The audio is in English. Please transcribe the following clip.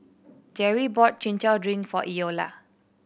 Jerrie bought Chin Chow drink for Eola